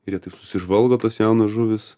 ir jie taip susižvalgo tos jaunos žuvys